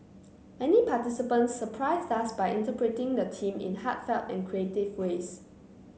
many participants surprised us by interpreting the theme in heartfelt and creative ways